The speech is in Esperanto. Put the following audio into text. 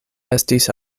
estis